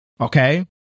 Okay